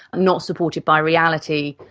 not supported by reality.